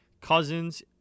Cousins